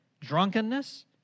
drunkenness